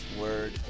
Word